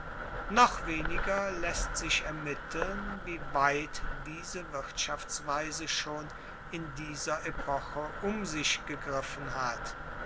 noch weniger laesst sich ermitteln wie weit diese wirtschaftsweise schon in dieser epoche um sich gegriffen hat